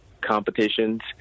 competitions